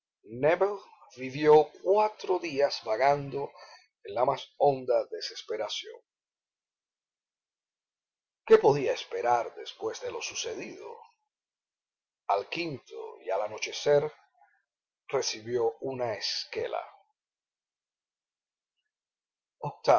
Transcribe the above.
cuatro días vagando en la más honda desesperación oué podía esperar después de lo sucedido al quinto y al anochecer recibió una esquela